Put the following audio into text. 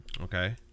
Okay